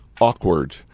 awkward